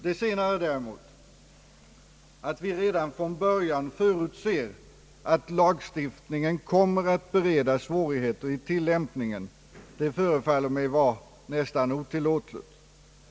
Det senare däremot, att vi redan från början förutser att lagstiftningen kommer att bereda svårigheter i tillämpningen, förefaller mig vara nästan otillåtligt.